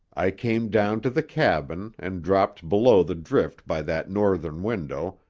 i came down to the cabin and dropped below the drift by that northern window,